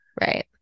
Right